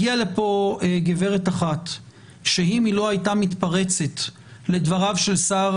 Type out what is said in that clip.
הגיעה לפה גברת אחת שאם היא לא הייתה מתפרצת לדבריו של שר